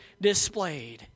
displayed